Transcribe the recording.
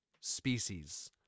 species